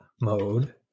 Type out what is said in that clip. mode